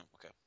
okay